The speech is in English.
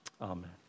Amen